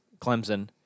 Clemson